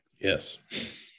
Yes